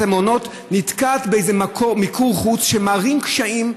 המעונות נתקע באיזה מיקור חוץ שמערים קשיים,